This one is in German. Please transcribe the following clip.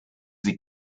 sie